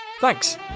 Thanks